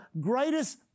greatest